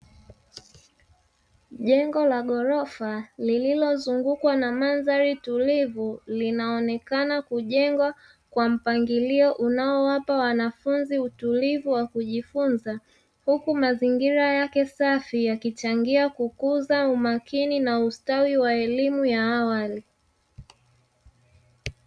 Jengo la ghorofa lililozungukwa na mandhari tulivu linaonekana kujengwa kwa mpangilio unaowapa wanafunzi utulivu wa kujifunza, huku mazingira yake safi yakichangia kukuza umakini na ustawi wa elimu ya awali.